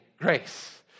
grace